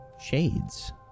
shades